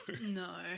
No